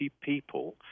people